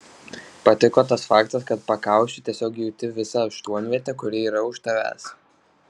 patiko tas faktas kad pakaušiu tiesiog jauti visą aštuonvietę kuri yra už tavęs